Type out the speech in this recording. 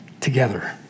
together